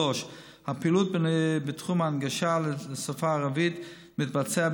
3. הפעילות בתחום ההנגשה לשפה הערבית מתבצעת